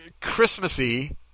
Christmassy